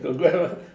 got Grab mah